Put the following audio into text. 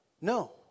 No